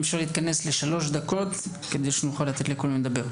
אם אפשר להתכנס לשלוש דקות כדי שנוכל לתת לכולם לדבר.